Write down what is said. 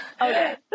okay